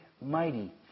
mighty